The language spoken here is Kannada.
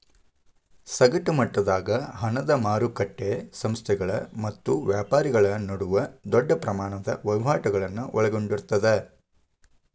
ಸಗಟ ಮಟ್ಟದಾಗ ಹಣದ ಮಾರಕಟ್ಟಿ ಸಂಸ್ಥೆಗಳ ಮತ್ತ ವ್ಯಾಪಾರಿಗಳ ನಡುವ ದೊಡ್ಡ ಪ್ರಮಾಣದ ವಹಿವಾಟುಗಳನ್ನ ಒಳಗೊಂಡಿರ್ತದ